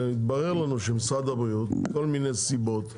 והתברר לנו שמכל מיני סיבות,